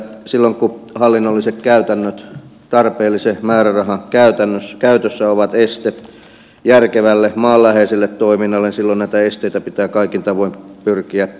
silloin kun hallinnolliset käytännöt tarpeellisen määrärahan käytössä ovat este järkevälle maanläheiselle toiminnalle niin silloin näitä esteitä pitää kaikin tavoin pyrkiä purkamaan